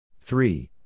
three